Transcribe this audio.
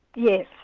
yes.